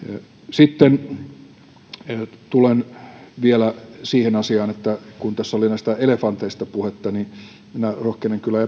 sitten tulen vielä siihen asiaan että kun tässä oli näistä elefanteista puhetta niin minä rohkenen kyllä